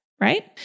Right